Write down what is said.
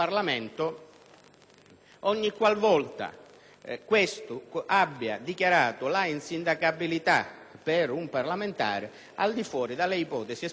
ogni qualvolta questo abbia dichiarato l'insindacabilità di un parlamentare al di fuori dalle ipotesi espressamente previste dalla Corte,